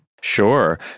Sure